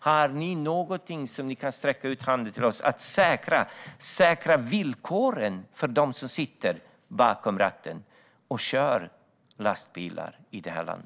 Kan ni sträcka ut en hand till oss när det gäller att på något sätt säkra villkoren för dem som sitter bakom ratten och kör lastbilar i detta land?